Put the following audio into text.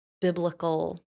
biblical